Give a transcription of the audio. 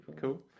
Cool